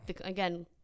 again